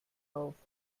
auf